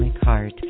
heart